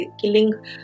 killing